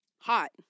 Hot